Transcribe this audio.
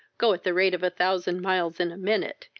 go at the rate of a thousand miles in a minute,